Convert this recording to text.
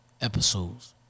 episodes